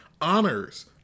honors